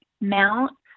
mount